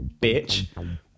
bitch